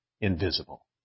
invisible